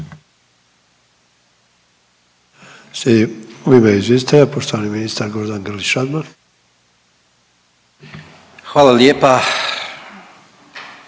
Hvala lijepa.